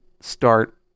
start